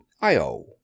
Io